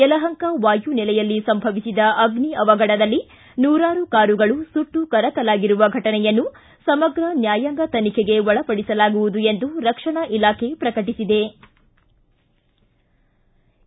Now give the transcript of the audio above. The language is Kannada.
ಯಲಹಂಕ ವಾಯುನೆಲೆಯಲ್ಲಿ ಸಂಭವಿಸಿದ ಅಗ್ನಿ ಅವಘಡದಲ್ಲಿ ನೂರಾರು ಕಾರುಗಳೂ ಸುಟ್ಟು ಕರಕಲಾಗಿರುವ ಫಟನೆಯನ್ನು ಸಮಗ್ರ ನ್ವಾಯಾಂಗ ತನಿಖೆಗೆ ಒಳಪಡಿಸಲಾಗುವುದು ಎಂದು ರಕ್ಷಣಾ ಇಲಾಖೆ ಪ್ರಕಟಿಒದೆ